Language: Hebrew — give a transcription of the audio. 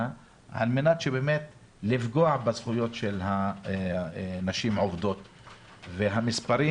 כדי לפגוע בזכויות של נשים עובדות והמספרים